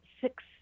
six